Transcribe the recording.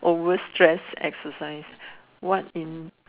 over stretch exercise what in